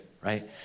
right